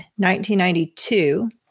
1992